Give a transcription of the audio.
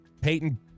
Peyton